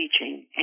teaching